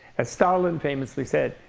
as stalin famously said,